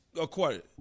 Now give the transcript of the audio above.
acquired